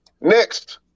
Next